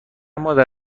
مادر